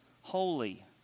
Holy